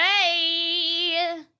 Hey